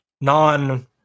non